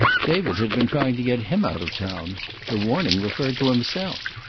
david had been trying to get him out of town the warning referred to himself.